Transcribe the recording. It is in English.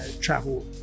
travel